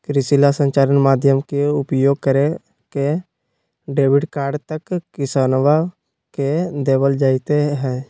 कृषि ला संचार माध्यम के उपयोग करके क्रेडिट कार्ड तक किसनवन के देवल जयते हई